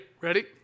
Ready